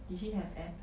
did she have abs